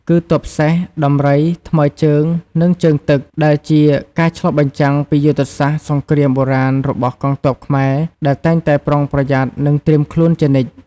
គឺទ័ពសេះ ដំរី ថ្មើរជើង និងជើងទឹក ដែលជាការឆ្លុះបញ្ចាំងពីយុទ្ធសាស្ត្រសង្គ្រាមបុរាណរបស់កងទ័ពខ្មែរដែលតែងតែប្រុងប្រយ័ត្ន និងត្រៀមខ្លួនជានិច្ច។